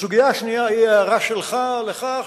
הסוגיה השנייה היא ההערה שלך על כך